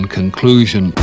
conclusion